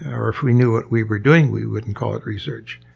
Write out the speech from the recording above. or, if we knew what we were doing we wouldn't call it research.